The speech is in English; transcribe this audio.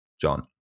John